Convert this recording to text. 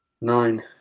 Nine